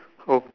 oh